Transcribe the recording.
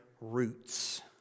roots